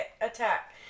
attack